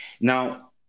Now